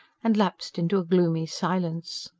and lapsed into a gloomy silence.